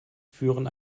führen